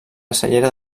cellera